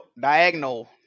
diagonal